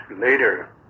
later